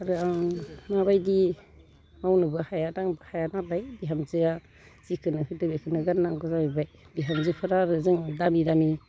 आरो आं माबायदि मावनोबो हाया दांनोबो हायानालाय बिहामजोआ जिखोनो होदों बेखोनो गाननांगौ जाहैबाय बिहामजोफोरा आरो जों दामि दामि